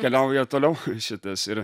keliauja toliau šitas ir